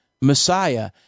Messiah